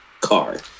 card